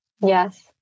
Yes